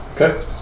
Okay